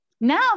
now